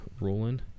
rolling